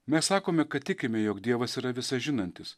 mes sakome kad tikime jog dievas yra visą žinantis